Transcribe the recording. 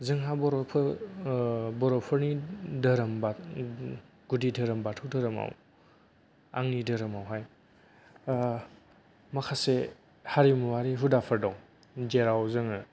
जोंहा बरफोर बरफोरनि धोरोम बाथौ गुदि धोरोम बाथौ धोरोमाव आंनि धोरोमावहाय माखासे हारिमुवारि हुदाफोर दं जेराव जोङो